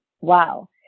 wow